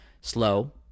slow